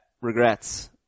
Regrets